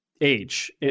age